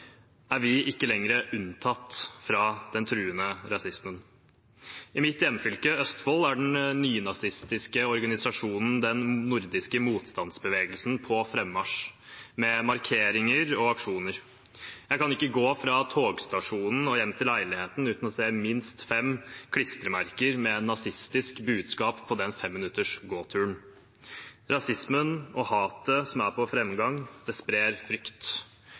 er vi ikke lenger unntatt fra den truende rasismen. I mitt hjemfylke Østfold er den nynazistiske organisasjonen Den nordiske motstandsbevegelsen på frammarsj, med markeringer og aksjoner. Jeg kan ikke gå fra togstasjonen og hjem til leiligheten uten å se minst fem klistremerker med nazistisk budskap, bare på den femminutters gåturen. Rasismen og hatet som er i framgang, sprer frykt.